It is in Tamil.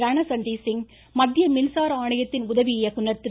ரணசஞ்ஜய் சிங் மத்திய மின்சார ஆணையத்தின் உதவி இயக்குநா் திரு